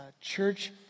church